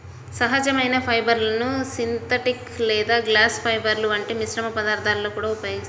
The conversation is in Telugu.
సహజ ఫైబర్లను సింథటిక్ లేదా గ్లాస్ ఫైబర్ల వంటి మిశ్రమ పదార్థాలలో కూడా ఉపయోగిస్తారు